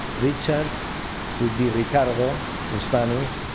richard would be! ricardo! in spanish.